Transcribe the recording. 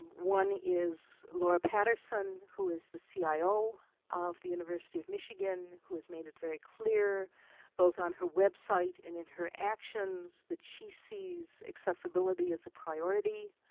one is laura patterson who is the cio of the university of michigan who has made it very clear both on her website and in her actions that she sees accessibility as a priority.